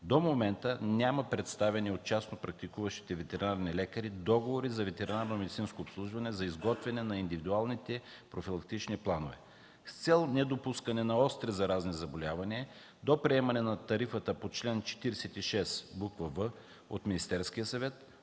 До момента няма представени от частно практикуващите ветеринарни лекари договори за ветеринарномедицинско обслужване за изготвяне на индивидуалните профилактични планове. С цел недопускане на остри заразни заболявания до приемане на тарифата по чл. 46в от Министерския съвет